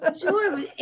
Sure